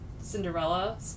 Cinderella